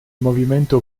movimento